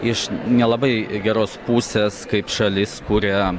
iš nelabai geros pusės kaip šalis kurią